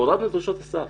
הורדנו את דרישות הסף